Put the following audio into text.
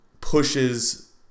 pushes